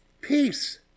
Peace